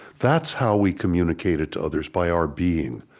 that's how we communicate it to others, by our being.